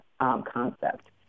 concept